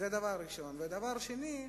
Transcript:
דבר שני,